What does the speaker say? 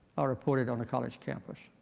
are reported on the college campus.